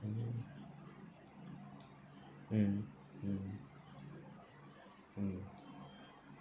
mm mm mm mm